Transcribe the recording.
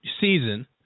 season